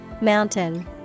Mountain